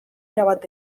erabat